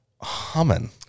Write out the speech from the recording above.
humming